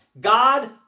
God